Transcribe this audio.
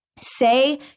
say